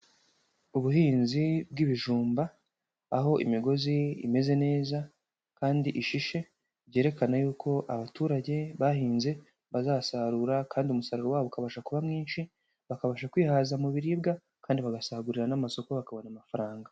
Ubuhinzi bw'ibijumba, aho imigozi imeze neza kandi ishishe, byerekana yuko abaturage bahinze bazasarura kandi umusaruro wabo ukabasha kuba mwinshi, bakabasha kwihaza mu biribwa kandi bagasagurira n'amasoko bakabona amafaranga.